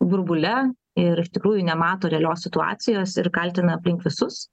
burbule ir iš tikrųjų nemato realios situacijos ir kaltina aplink visus